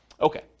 Okay